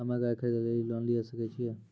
हम्मे गाय खरीदे लेली लोन लिये सकय छियै?